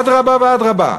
אדרבה ואדרבה.